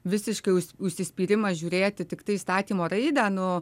visiškai už užsispyrimas žiūrėti tiktai įstatymo raidę nu